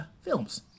films